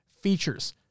features